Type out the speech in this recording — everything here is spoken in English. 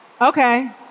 Okay